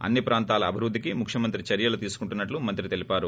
అన్ని ప్రాంతాల అభివృద్దికి ముఖ్యమంత్రి చర్యలు తీసుకుంటున్నట్లు మంత్రి తెలిపారు